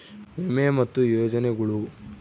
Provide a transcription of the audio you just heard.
ವಿಮೆ ಮತ್ತೆ ಯೋಜನೆಗುಳು